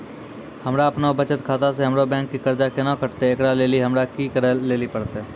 हमरा आपनौ बचत खाता से हमरौ बैंक के कर्जा केना कटतै ऐकरा लेली हमरा कि करै लेली परतै?